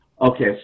Okay